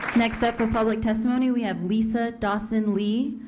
next up for public testimony we have lisa dawson-lee,